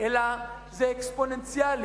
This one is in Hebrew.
אלא אקספוננציאלית,